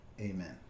Amen